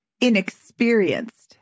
inexperienced